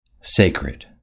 sacred